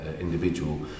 individual